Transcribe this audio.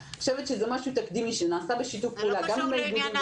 אני חושבת שזה משהו תקדימי והוא נעשה בשיתוף פעולה עם האיגודים,